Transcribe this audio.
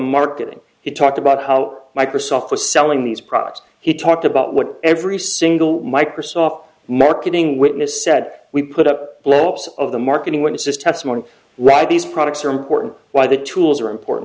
marketing he talked about how microsoft was selling these products he talked about what every single microsoft marketing witness said we put up blow ups of the marketing when it's just testimony right these products are important why the tools are important